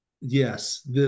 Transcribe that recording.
Yes